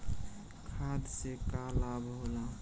खाद्य से का लाभ होला?